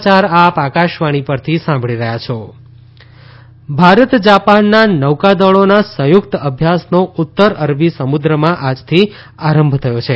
Japan Bharat Bharat જાપાનના નૌકાદળોના સંયુકત અભ્યાસનો ઉત્તર અરબી સમુદ્રમાં આજથી આરંભ થયો છે